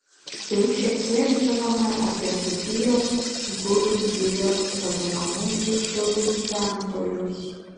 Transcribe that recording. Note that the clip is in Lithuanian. jau šiek tiek žinome apie dzūkijos gudų girios vadinamųjų šilų gyventojus